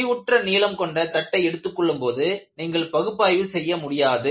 முடிவுற்ற நீளம் கொண்ட தட்டை எடுத்துக் கொள்ளும்போது நீங்கள் பகுப்பாய்வு செய்ய முடியாது